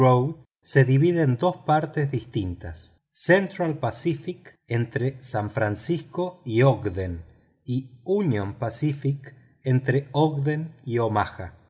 se divide en dos partes distintas central pacific entre san francisco y odgen y union pacific entre odgen y omaha